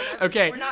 Okay